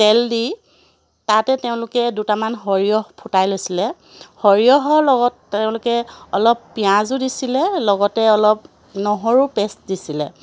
তেল দি তাতে তেওঁলোকে দুটামান সৰিয়হ ফুটাই লৈছিলে সৰিয়হৰ লগত তেওঁলোকে অলপ পিঁয়াজো দিছিলে লগতে অলপ নহৰু পেষ্ট দিছিলে